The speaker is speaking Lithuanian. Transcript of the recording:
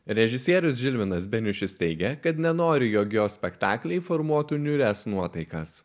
režisierius žilvinas beniušis teigia kad nenori jog jo spektakliai formuotų niūrias nuotaikas